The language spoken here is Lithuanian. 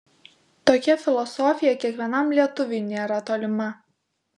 tokia filosofija kiekvienam lietuviui nėra tolima